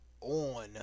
On